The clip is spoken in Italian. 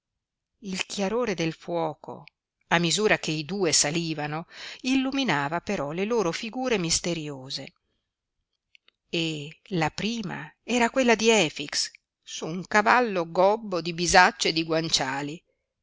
il chiarore del fuoco a misura che i due salivano illuminava però le loro figure misteriose e la prima era quella di efix su un cavallo gobbo di bisacce e di guanciali